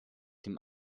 dem